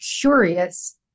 curious